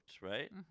Right